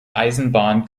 eisenbahn